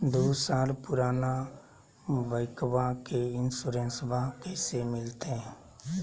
दू साल पुराना बाइकबा के इंसोरेंसबा कैसे मिलते?